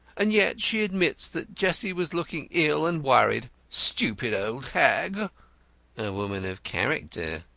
and yet she admits that jessie was looking ill and worried. stupid old hag! a woman of character,